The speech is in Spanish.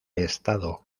estado